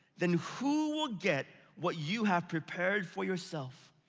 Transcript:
then who will get what you have prepared for yourself?